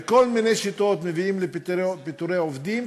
בכל מיני שיטות מביאים לפיטורי עובדים,